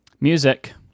Music